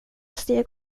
steg